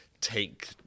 take